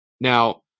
Now